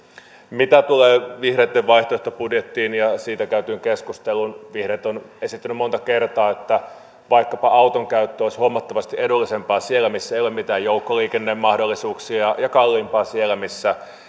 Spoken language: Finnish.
mitä tulee vihreitten vaihtoehtobudjettiin ja siitä käytyyn keskusteluun niin vihreät ovat esittäneet monta kertaa että vaikkapa auton käyttö olisi huomattavasti edullisempaa siellä missä ei ole mitään joukkoliikennemahdollisuuksia ja ja kalliimpaa siellä missä